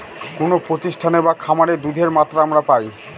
কোনো প্রতিষ্ঠানে বা খামারে দুধের মাত্রা আমরা পাই